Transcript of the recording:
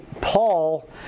Paul